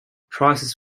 prices